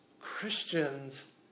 Christians